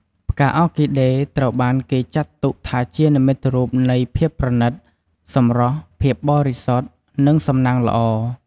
ផ្កាអ័រគីដេត្រូវបានគេចាត់ទុកថាជានិមិត្តរូបនៃ ភាពប្រណីត សម្រស់ ភាពបរិសុទ្ធ និង សំណាងល្អ។